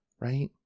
right